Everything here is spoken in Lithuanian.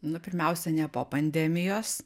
na pirmiausia ne po pandemijos